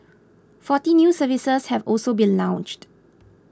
forty new services have also been launched